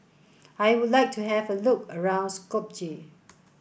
I would like to have a look around Skopje